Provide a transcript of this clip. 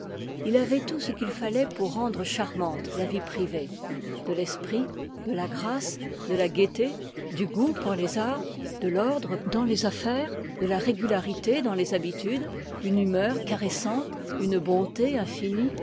il avoit tout ce qu'il falloit pour rendre charmante la vie privée de l'esprit de la grâce de la gaîté du goût pour les arts de l'ordre dans les affaires de la régularité dans les habitudes une humeur caressante une bonté infinie